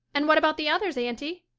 and what about the others, aunty?